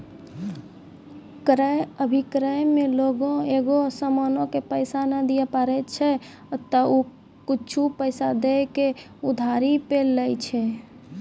क्रय अभिक्रय मे लोगें एगो समानो के पैसा नै दिये पारै छै त उ कुछु पैसा दै के उधारी पे लै छै